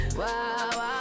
wow